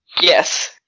Yes